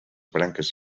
branques